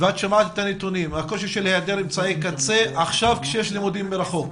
של היעדר אמצעי קצה עכשיו כשיש לימודים מרחוב.